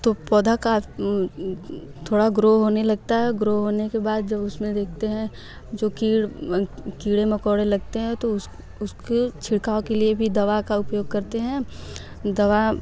तो पौधे का थोड़ा ग्रो होने लगता है ग्रो होने के बाद जो उस में देखते हैं जो कीड़ कीड़े मकोड़े लगते हैं तो उस उसके छिड़काव के लिए भी दवा का उपयोग करते है दवा